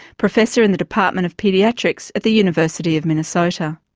professor in the department of paediatrics at the university of minnesota.